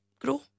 grow